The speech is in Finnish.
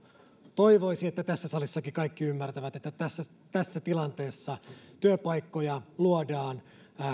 toivoisi että tässä salissakin kaikki sen ymmärtävät että tässä tässä tilanteessa työpaikkoja luodaan